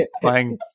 playing